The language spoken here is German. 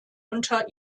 unter